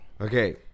Okay